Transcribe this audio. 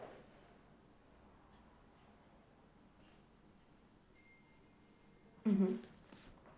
mmhmm